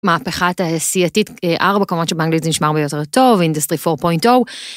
מהפכה התעשייתית, ארבע קומות שבאנגלית זה נשמע הרבה יותר טוב, אינדסטרי 4.0.